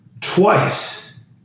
twice